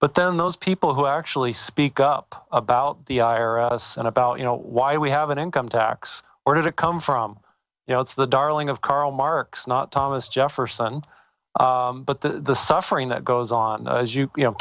but then those people who actually speak up about the iris and about you know why we have an income tax or did it come from you know it's the darling of karl marx not thomas jefferson but the suffering that goes on as you